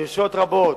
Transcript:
דרישות רבות.